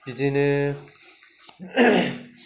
बिदिनो